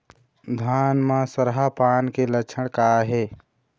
धान म सरहा पान के लक्षण का हे?